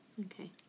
Okay